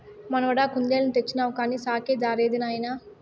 మనవడా కుందేలుని తెచ్చినావు కానీ సాకే దారేది నాయనా